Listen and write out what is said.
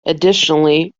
additionally